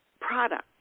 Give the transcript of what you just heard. product